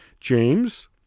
James